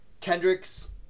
Kendricks